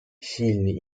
сильный